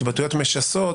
התבטאויות משסות,